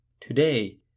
Today